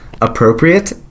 appropriate